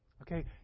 Okay